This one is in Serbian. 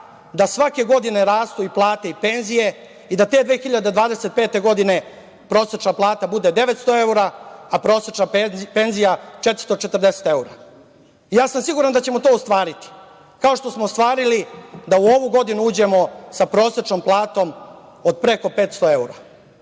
da svake godine rastu i plate i penzije i da te 2025. godine prosečna plata bude 900 evra, a prosečna penzija 440 evra. Ja sam siguran da ćemo to ostvariti, kao što smo ostvarili da u ovu godinu uđemo sa prosečnom platom od preko 500 evra. Zato